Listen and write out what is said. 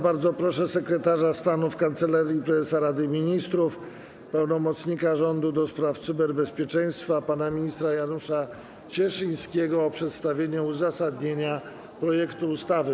Bardzo proszę sekretarza stanu w Kancelarii Prezesa Rady Ministrów, pełnomocnika rządu do spraw cyberbezpieczeństwa pana ministra Janusza Cieszyńskiego o przedstawienie uzasadnienia projektu ustawy.